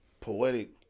poetic